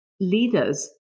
leaders